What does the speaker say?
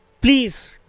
Please